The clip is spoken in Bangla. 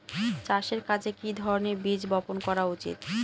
চাষের কাজে কি ধরনের বীজ বপন করা উচিৎ?